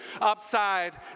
upside